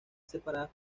separadas